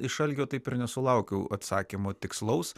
iš algio taip ir nesulaukiau atsakymo tikslaus